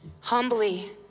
humbly